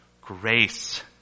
grace